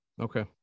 Okay